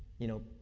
you know,